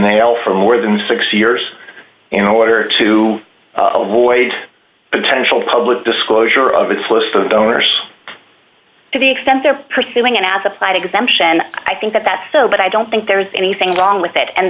nail for more than six years in order to avoid potential public disclosure of its list of donors to the extent they're pursuing an asse applied exemption i think that that's so but i don't think there's anything wrong with that and